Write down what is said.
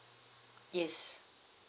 yes